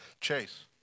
Chase